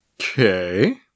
Okay